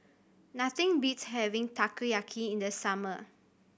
nothing beats having Takoyaki in the summer